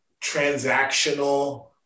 transactional